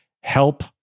help